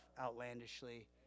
outlandishly